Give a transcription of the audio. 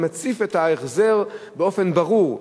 זה מציף את ההחזר באופן ברור.